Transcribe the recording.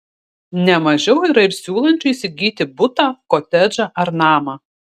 ne mažiau yra ir siūlančių įsigyti butą kotedžą ar namą